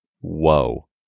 Whoa